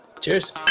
Cheers